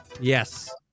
Yes